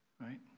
Right